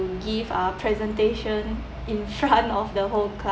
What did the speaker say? give a presentation in front of the whole